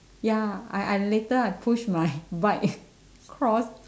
ya I I later I push my bike across